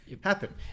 happen